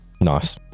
Nice